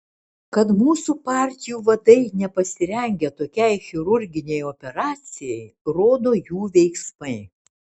kad mūsų partijų vadai nepasirengę tokiai chirurginei operacijai rodo jų veiksmai